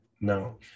no